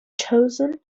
chosen